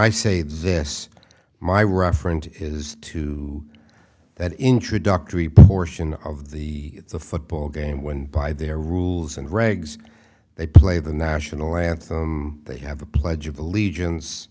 i say this my reference is to that introductory portion of the football game when by their rules and regs they play the national anthem they have a pledge of allegiance